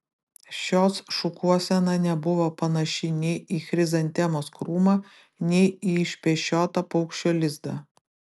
šios šukuosena nebuvo panaši nei į chrizantemos krūmą nei į išpešiotą paukščio lizdą